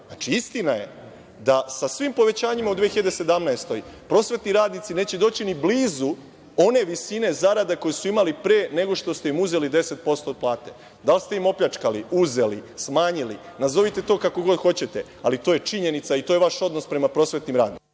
Znači, istina je da sa svim povećanjima u 2017. godini, prosvetni radnici neće doći ni blizu one visine zarada koje su imali pre nego što ste im uzeli 10% od plate. Da li ste im opljačkali, uzeli, smanjili, nazovite to kako god hoćete, ali to je činjenica i to je vaš odnos prema prosvetnim radnicima.